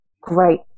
great